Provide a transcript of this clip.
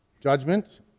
judgment